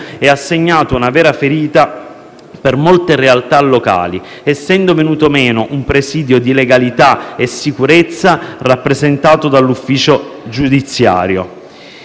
e ha segnato una vera ferita per molte realtà locali, essendo venuto meno un presidio di legalità e sicurezza rappresentato dall'ufficio giudiziario.